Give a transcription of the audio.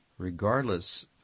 Regardless